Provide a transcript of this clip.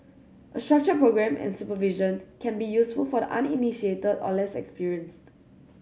a structured programme and supervision can be useful for the uninitiated or less experienced